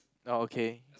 orh okay